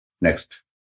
Next